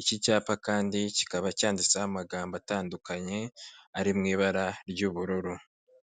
iki cyapa kandi kikaba cyanditseho amagambo atandukanye ari mu ibara ry'ubururu.